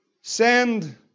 Send